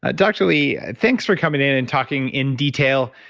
ah dr. li, thanks for coming in and talking in detail.